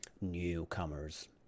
newcomers